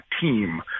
team